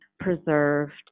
preserved